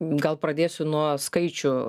gal pradėsiu nuo skaičių